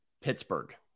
Pittsburgh